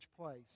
place